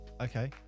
Okay